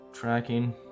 tracking